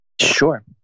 Sure